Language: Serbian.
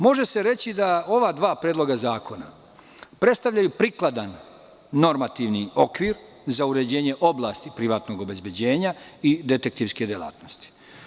Može se reći da ova dva predloga zakona predstavljaju prikladan normativni okvir za uređenje oblasti privatnog obezbeđenja i detektivske delatnosti.